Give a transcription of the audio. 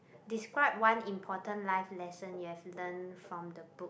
describe one important life lesson you have learnt from the books